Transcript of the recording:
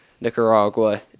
Nicaragua